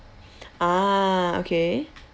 ah okay